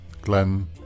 Glenn